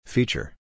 Feature